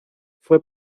fue